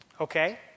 Okay